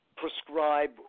prescribe